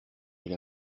elle